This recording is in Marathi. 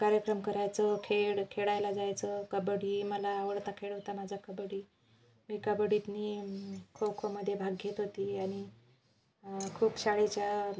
कार्यक्रम करायचं खेळ खेळायला जायचं कबड्डी मला आवडता खेळ होता माझा कबड्डी मी कबड्डीत मी खोखोमध्ये भाग घेत होती आणि खूप शाळेच्या